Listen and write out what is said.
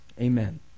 Amen